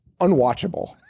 unwatchable